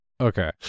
Okay